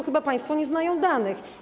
chyba państwo nie znają danych.